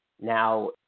Now